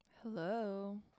Hello